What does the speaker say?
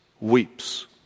weeps